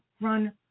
run